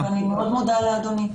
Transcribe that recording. אני מאוד מודה לאדוני.